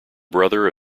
brother